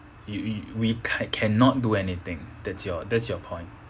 you you we ca~ cannot do anything that's your that's your point